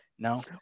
No